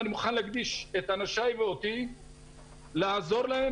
אני מוכן להקדיש את אנשיי ואותי לעזור להם